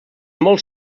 molt